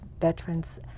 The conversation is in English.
veterans